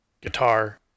guitar